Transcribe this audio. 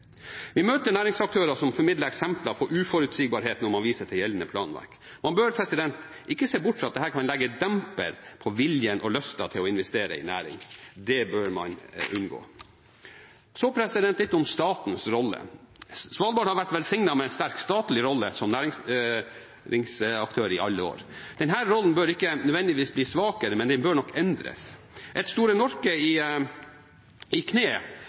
Vi møter næringsaktører som formidler eksempler på uforutsigbarhet når man viser til gjeldende planverk. Man bør ikke se bort fra at dette kan legge en demper på viljen og lysten til å investere i næring. Det bør man unngå. Så litt om statens rolle: Svalbard har vært velsignet med en sterk statlig rolle som næringsaktør i alle år. Denne rollen bør ikke nødvendigvis bli svakere, men den bør nok endres. Et Store Norske i kne